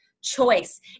choice